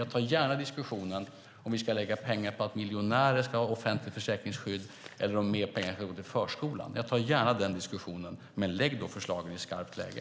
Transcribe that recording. Jag tar gärna diskussionen om huruvida vi ska lägga pengar på att miljonärer ska ha offentligt försäkringsskydd eller om mer pengar ska gå till förskolan. Jag tar gärna den diskussionen, men lägg då förslagen i skarpt läge!